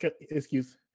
excuse